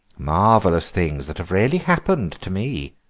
marvellous things that have really happened to me.